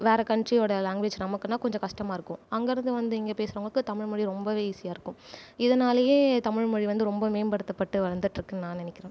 வேற கண்ட்ரியோட லாங்குவேஜ் நமக்குனா கொஞ்சம் கஷ்டமாயிருக்கும் அங்கேருந்து வந்து இங்கே பேசுறவங்களுக்கு தமிழ் மொழி ரொம்பவே ஈஸியாருக்கும் இதனாலயே தமிழ் மொழி வந்து ரொம்ப மேம்படுத்தப்பட்டு வளர்ந்துட்டுருக்குன்னு நான் நினைக்கிறன்